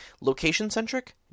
Location-centric